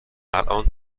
الان